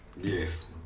yes